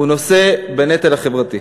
הוא נושא בנטל החברתי.